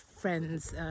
friends